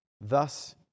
thus